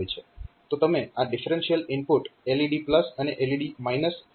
તો તમે આ ડિફરેન્શિયલ ઇનપુટ LED અને LED દ્વારા આ બેક લાઇટ મૂકી શકો છો